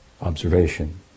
observation